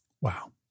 Wow